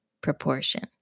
proportion